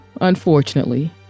unfortunately